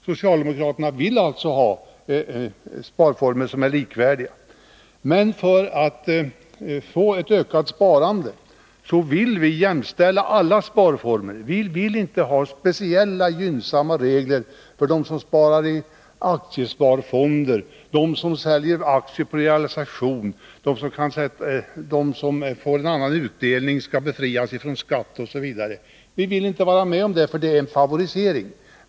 Socialdemokraterna vill alltså ha sparformer som är likvärdiga. För att få en ökning av sparandet vill vi jämställa alla sparformer. Vi vill inte ha speciella, gynnsamma regler för dem som spar i aktiesparfonder och för dem som säljer aktier vid realisationsbeskattningen eller att de som får utdelning till en del skall befrias från skatt, osv. Vi vill alltså inte vara med om detta, eftersom det är en favorisering.